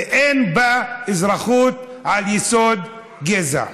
ואין בה אזרחות על יסוד גזע.